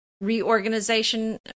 reorganization